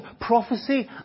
prophecy